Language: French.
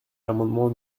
l’amendement